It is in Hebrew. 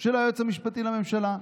של היועץ המשפטי לממשלה.